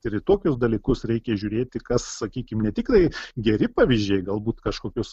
ir į tokius dalykus reikia žiūrėti kas sakykim ne tiktai geri pavyzdžiai galbūt kažkokius